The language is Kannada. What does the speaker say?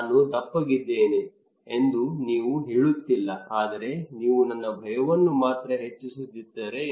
ನಾನು ದಪ್ಪಗಿದ್ದೇನೆ ಎಂದು ನೀವು ಹೇಳುತ್ತಿಲ್ಲ ಆದರೆ ನೀವು ನನ್ನ ಭಯವನ್ನು ಮಾತ್ರ ಹೆಚ್ಚಿಸುತ್ತಿದ್ದೀರಿ